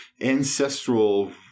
ancestral